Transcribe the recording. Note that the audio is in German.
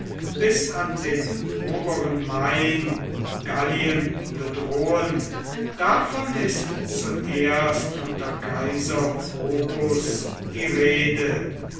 bis an den oberen main gallien bedrohen davon ist zuerst unter kaiser probus die rede